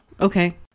Okay